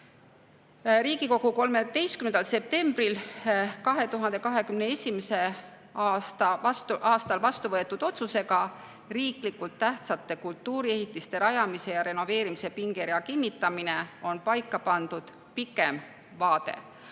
Riigikogu 13. septembril 2021. aastal vastuvõetud otsusega "Riiklikult tähtsate kultuuriehitiste rajamise ja renoveerimise pingerea kinnitamine" on paika pandud pikem vaade,